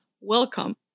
welcome